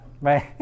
right